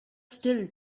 still